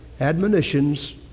admonitions